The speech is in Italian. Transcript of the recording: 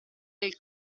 del